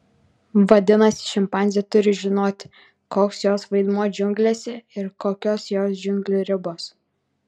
vadinasi šimpanzė turi žinoti koks jos vaidmuo džiunglėse ir kokios jos džiunglių ribos